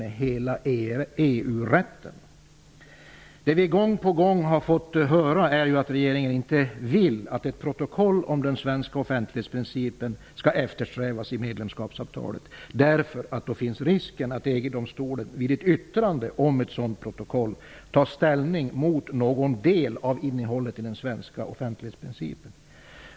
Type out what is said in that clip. Vi har gång på gång fått höra att regeringen inte vill att ett protokoll om den svenska offentlighetsprincipen skall eftersträvas i medlemskapsavtalet, eftersom det finns risk för att EG-domstolen vid avgivande av ett yttrande om ett sådant protokoll skulle komma att ta ställning mot någon del av innehållet i den svenska offentlighetsprincipen.